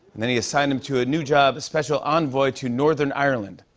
then he assigned him to a new job special envoy to northern ireland.